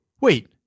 Wait